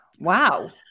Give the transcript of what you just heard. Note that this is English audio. Wow